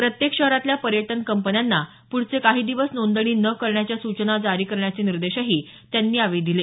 प्रत्येक शहरातल्या पर्यटन कंपन्यांना पुढचे काही दिवस नोंदणी न करण्याच्या सूचना जारी करण्याचे निर्देशही त्यांनी यावेळी दिले